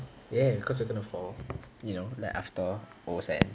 ya cause we're gonna fall you know like after O's end